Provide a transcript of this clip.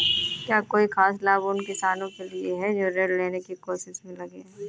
क्या कोई खास लाभ उन किसानों के लिए हैं जो ऋृण लेने की कोशिश में लगे हुए हैं?